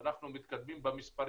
ואנחנו מתקדמים במספרים.